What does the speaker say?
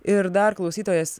ir dar klausytojas